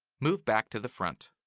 move back to the front.